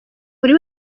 buri